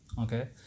okay